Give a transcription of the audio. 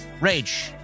Rage